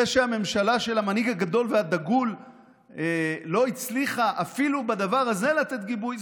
זה שהממשלה של המנהיג הגדול והדגול לא הצליחה אפילו בדבר הזה לתת גיבוי,